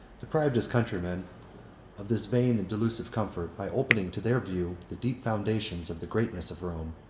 deprived his countrymen of this vain and delusive comfort, by opening to their view the deep foundations of the greatness of rome.